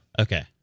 Okay